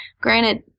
granted